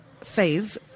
phase